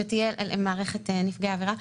שתהיה מערכת נפגעי עברה,